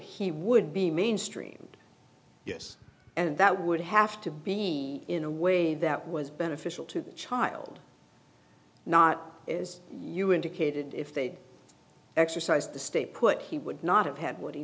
he would be mainstreamed yes and that would have to be in a way that was beneficial to the child not is you indicated if they'd exercised the stay put he would not have had what he